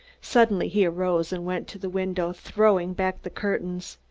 suddenly he arose and went to the window, throwing back the curtains.